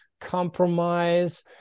compromise